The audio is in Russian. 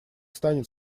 станет